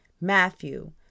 Matthew